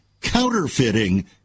counterfeiting